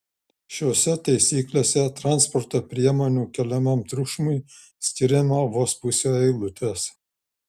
šiose taisyklėse transporto priemonių keliamam triukšmui skiriama vos pusė eilutės